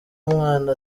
umwana